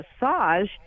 massage